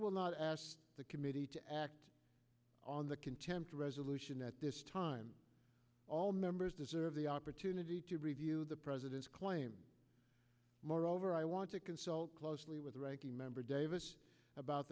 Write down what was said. will not ask the committee to act on the contempt resolution at this time all members deserve the opportunity to review the president's claim moreover i want to consult closely with the ranking member davis about